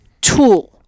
tool